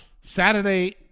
Saturday